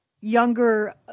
younger